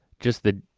just the,